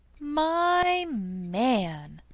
my man!